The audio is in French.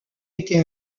été